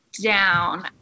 down